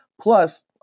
Plus